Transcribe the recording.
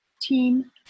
team